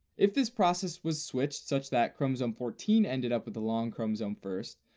if this process was switched such that chromosome fourteen ended up with the long chromosome first,